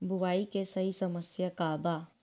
बुआई के सही समय का वा?